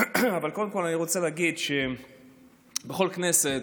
אבל קודם כול אני רוצה להגיד שבכל כנסת,